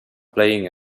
playing